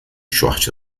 short